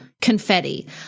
confetti